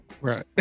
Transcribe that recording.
Right